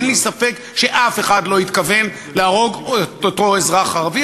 אין לי ספק שאף אחד לא התכוון להרוג את אותו אזרח ערבי,